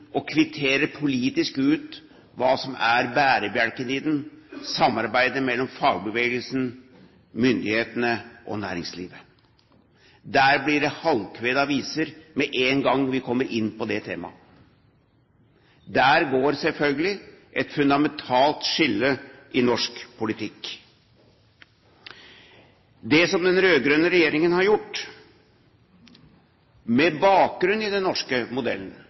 og kvitterer politisk ut hva som er bærebjelken i den: samarbeidet mellom fagbevegelsen, myndighetene og næringslivet. Der blir det halvkvedede viser med en gang vi kommer inn på det temaet. Der går, selvfølgelig, et fundamentalt skille i norsk politikk. Det som den rød-grønne regjeringen har gjort, med bakgrunn i den norske modellen,